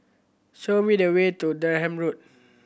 show me the way to Durham Road